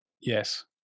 Yes